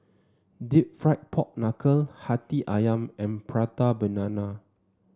deep fried Pork Knuckle hati ayam and Prata Banana